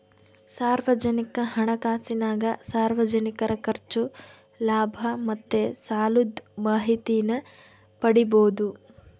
ಸಾರ್ವಜನಿಕ ಹಣಕಾಸಿನಾಗ ಸಾರ್ವಜನಿಕರ ಖರ್ಚು, ಲಾಭ ಮತ್ತೆ ಸಾಲುದ್ ಮಾಹಿತೀನ ಪಡೀಬೋದು